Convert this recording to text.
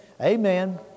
Amen